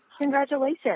congratulations